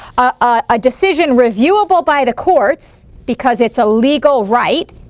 a decision reviewable by the courts because it's a legal right